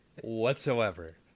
whatsoever